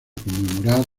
conmemorar